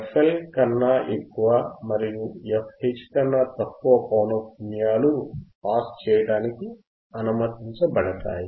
fL కన్నా ఎక్కువ మరియు fH కన్నా తక్కువగా ఉన్న పౌనః పున్యాలు పాస్ చేయడానికి అనుమతించబడతాయి